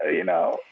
ah you know,